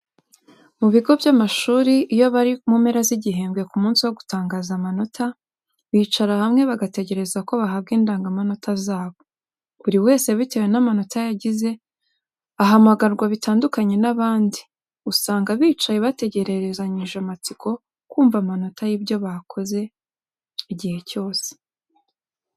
Mu bigo by'amashuri iyo bari mu mpera z'igihembwe ku munsi wo gutangaza amanota, bicara hamwe bagategereza ko bahabwa indangamanota zabo. Buri wese bitewe n'amanota yagize ahamagarwa bitandukanye n'abandi. Usanga bicaye bategereranyije amatsiko kumva amanota y'ibyo bakoze icyo gihe cyose.